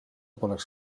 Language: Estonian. poleks